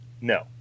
no